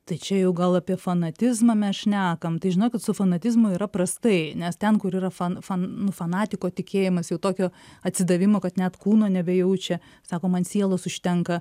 tai čia jau gal apie fanatizmą mes šnekam tai žinok kad su fanatizmu yra prastai nes ten kur yra fan fanu fanatiko tikėjimas jau tokio atsidavimo kad net kūno nebejaučia sako man sielos užtenka